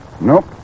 Nope